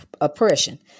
oppression